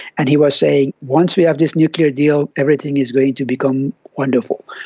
and he was saying once we have this nuclear deal everything is going to become wonderful.